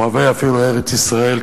אוהבי, אפילו, ארץ-ישראל,